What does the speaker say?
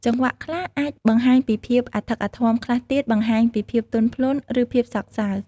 ចង្វាក់ខ្លះអាចបង្ហាញពីភាពអធិកអធម ខ្លះទៀតបង្ហាញពីភាពទន់ភ្លន់ ឬភាពសោកសៅ។